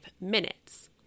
minutes